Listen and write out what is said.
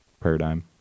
paradigm